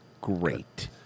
Great